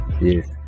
yes